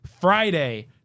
Friday